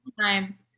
time